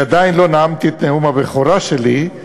ועדיין לא נאמתי את נאום הבכורה שלי.